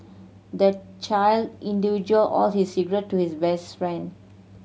the child all his secret to his best friend